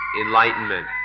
enlightenment